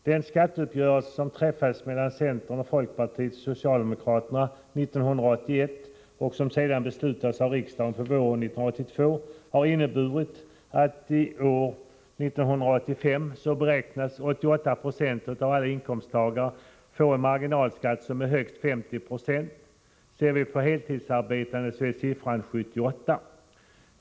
Den skatteuppgörelse som träffades mellan centern, folkpartiet och socialdemokraterna 1981 och som sedan beslutades av riksdagen på våren 1982 har inneburit att i år, 1985, beräknas 88 6 av alla inkomsttagare få en marginalskatt som är högst 50 96. Ser vi på heltidsarbetande så är siffran 78 26.